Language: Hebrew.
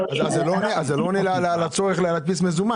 אז זה לא עונה על הצורך להדפיס מזומן